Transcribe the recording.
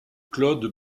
claude